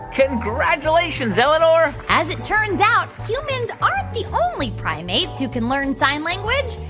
congratulations, eleanor as it turns out, humans aren't the only primates who can learn sign language.